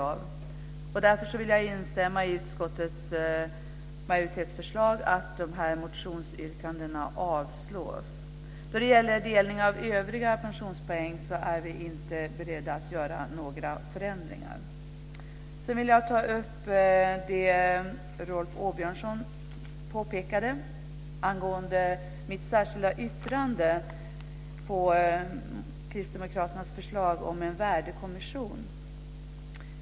Därför vill jag instämma i utskottsmajoritetens förslag att dessa motionsyrkanden avslås. När det gäller delning av övriga pensionspoäng är vi inte beredda att göra några förändringar. Jag vill ta upp det som Rolf Åbjörnsson påpekade angående mitt särskilda yttrande när det gäller kristdemokraternas förslag om en värdekommission.